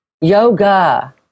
Yoga